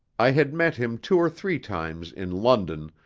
i had met him two or three times in london,